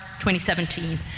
2017